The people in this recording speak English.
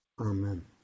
amen